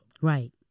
Right